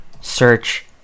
search